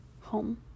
home